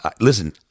Listen